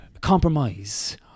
compromise